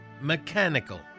mechanical